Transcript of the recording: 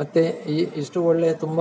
ಮತ್ತು ಇಷ್ಟು ಒಳ್ಳೆಯ ತುಂಬ